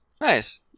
Nice